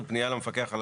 הוא פנייה למפקח על